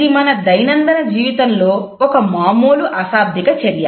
ఇది మన దైనందిన జీవితంలో ఒక మామూలు అశాబ్దిక చర్య